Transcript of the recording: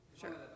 sure